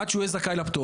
עד שהוא יהיה זכאי לפטור.